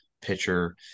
pitcher